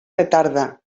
retarda